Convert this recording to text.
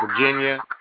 Virginia